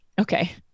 Okay